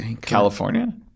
California